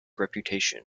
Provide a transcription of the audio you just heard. reputation